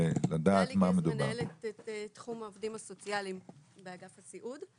מנהלת את תחום העובדים הסוציאליים באגף הסיעוד.